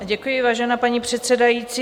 Děkuji, vážená paní předsedající.